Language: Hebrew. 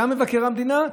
גם מבקר המדינה,